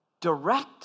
direct